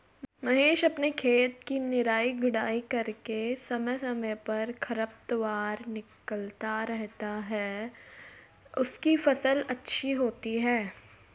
महेश अपने खेत की निराई गुड़ाई करके समय समय पर खरपतवार निकलता रहता है उसकी फसल अच्छी होती है